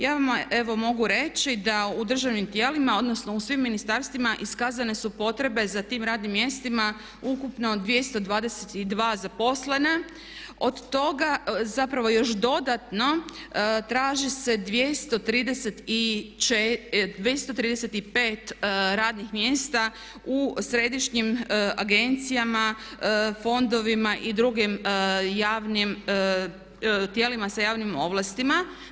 Ja vam evo mogu reći da u državnim tijelima, odnosno u svim ministarstvima iskazane su potrebe za tim radnim mjestima, ukupno 222 zaposlena od toga zapravo još dodatno traži se 235 radnih mjesta u središnjim agencijama, fondovima i dugim javnim tijelima sa javnim ovlastima.